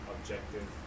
Objective